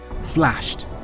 flashed